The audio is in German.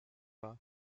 war